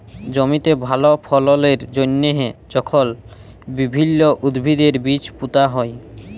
জমিতে ভাল ফললের জ্যনহে যখল বিভিল্ল্য উদ্ভিদের বীজ পুঁতা হ্যয়